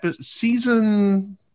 season